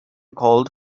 called